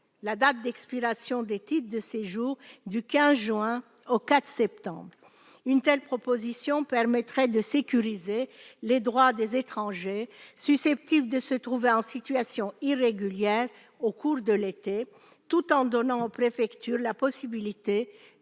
la date d'expiration des titres de séjour du 15 juin au 4 septembre. Une telle proposition permettrait de sécuriser les droits des étrangers susceptibles de se trouver en situation irrégulière au cours de l'été tout en donnant aux préfectures la possibilité